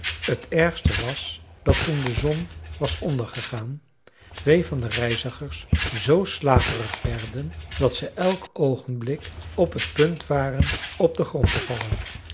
t ergste was dat toen de zon was ondergegaan twee van de reizigers z slaperig werden dat ze elk oogenblik op het punt waren op den grond te vallen